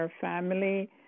family